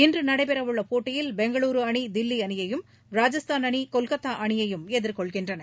இன்று நடைபெறவுள்ள போட்டியில் பெங்களுரு அணி தில்லி அணியையும் ராஜஸ்தான் அணி கொல்கத்தா அணியையும் எதிர்கொள்கின்றன